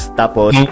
tapos